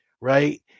Right